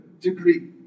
degree